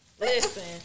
listen